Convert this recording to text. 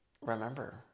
remember